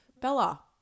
Bella